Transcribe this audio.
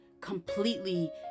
completely